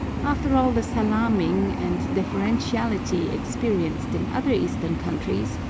after all the salaaming and deferentiality experienced in other eastern countries,